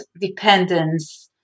dependence